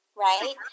Right